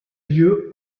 lieu